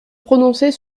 prononcer